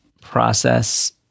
process